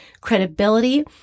credibility